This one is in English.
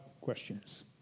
questions